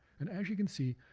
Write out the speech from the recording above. and as you can see,